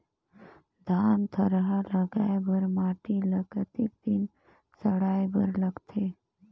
धान थरहा लगाय बर माटी ल कतेक दिन सड़ाय बर लगथे?